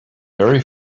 very